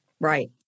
Right